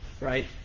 right